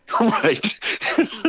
Right